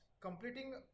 completing